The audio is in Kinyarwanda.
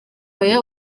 aya